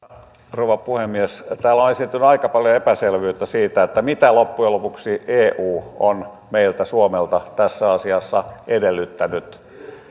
rouva puhemies täällä on esiintynyt aika paljon epäselvyyttä siitä mitä loppujen lopuksi eu on meiltä suomelta tässä asiassa edellyttänyt